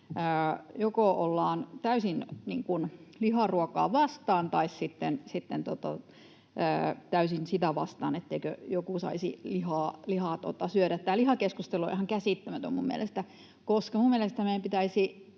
Joko ollaan täysin liharuokaa vastaan tai sitten täysin sitä vastaan, etteikö joku saisi lihaa syödä. Tämä lihakeskustelu on ihan käsittämätön mielestäni, koska mielestäni